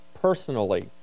personally